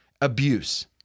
abuse